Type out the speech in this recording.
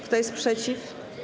Kto jest przeciw?